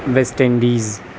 West Indies